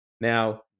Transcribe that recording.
Now